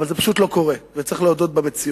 אבל לצערי זה פשוט לא קורה, וצריך להודות במציאות.